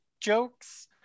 jokes